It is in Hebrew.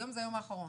היום זה היום האחרון.